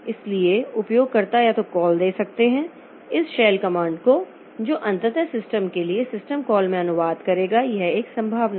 इसलिए उपयोगकर्ता या तो कॉल दे सकते हैं इस शेल कमांड को जो अंततः सिस्टम के लिए सिस्टम कॉल में अनुवाद करेगा यह एक संभावना हैं